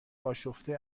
آشفته